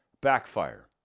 backfire